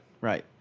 Right